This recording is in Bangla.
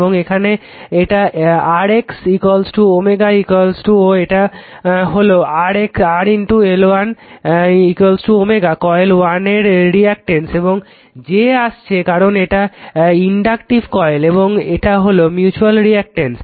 এবং এখানে এটা r x ও এটা হলো r x L1 কয়েল 1 এর রিঅ্যাকটেন্স এবং j আসছে কারণ এটা ইনডাকটিভ কয়েল এবং এটা হলো মিউচুয়াল রিঅ্যাকটেন্স